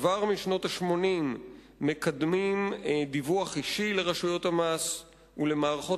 כבר משנות ה-80 מקדמים דיווח אישי לרשויות המס ולמערכות